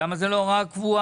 למה זאת לא הוראה קבועה?